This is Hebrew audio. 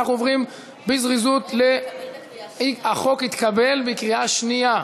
החוק התקבל בקריאה שנייה.